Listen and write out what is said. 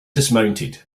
dismounted